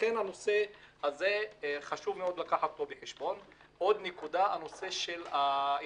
לכן חשוב מאוד לקחת בחשבון את הנושא הזה.